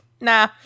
nah